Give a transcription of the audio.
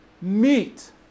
meet